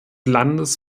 landes